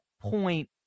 point